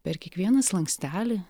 per kiekvieną slankstelį